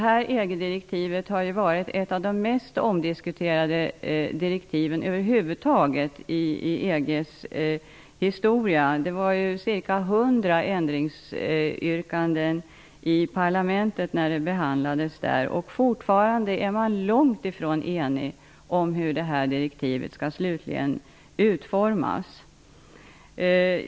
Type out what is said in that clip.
Det EG-direktivet har varit ett av de över huvud taget mest omdiskuterade direktiven i EG:s historia. Det kom fram ca 100 ändringsyrkanden i parlamentet när direktivet behandlades där. Fortfarande är man långt ifrån eniga om hur direktivet slutligen skall utformas.